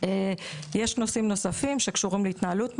יש נושאים נוספים שקשורים להתנהלות מעסיקים,